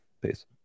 Peace